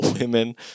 women